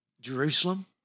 Jerusalem